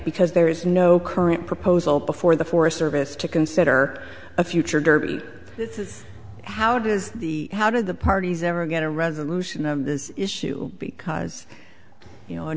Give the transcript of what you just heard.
because there is no current proposal before the forest service to consider a future derby this is how it is the how did the parties ever get a resolution of this issue because you know